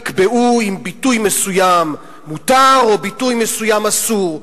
יקבעו אם ביטוי מסוים מותר או ביטוי מסוים אסור.